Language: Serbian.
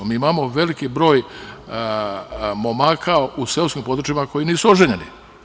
Mi imamo veliki broj momaka u seoskim područjima koji nisu oženjeni.